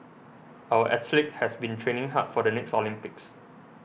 our athletes have been training hard for the next Olympics